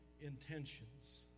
intentions